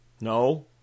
No